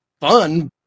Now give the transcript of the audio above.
fun